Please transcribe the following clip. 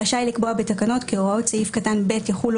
רשאי לקבוע בתקנות כי הוראות סעיף קטן (ב) יחולו